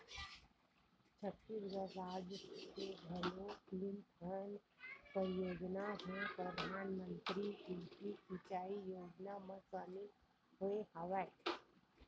छत्तीसगढ़ राज के घलोक तीन ठन परियोजना ह परधानमंतरी कृषि सिंचई योजना म सामिल होय हवय